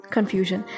Confusion